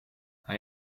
hij